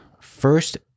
first